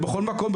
בכל מקום,